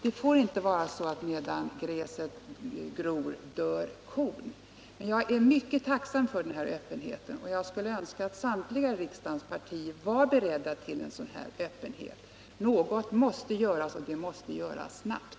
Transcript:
Det får inte bli så att medan gräset gror dör kon. Jag är mycket tacksam för den här öppenheten, och jag skulle önska att samtliga riksdagens partier var beredda att visa en sådan öppenhet. Något måste göras, och det måste göras snabbt.